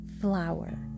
flower